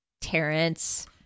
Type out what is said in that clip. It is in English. Terrence